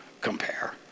compare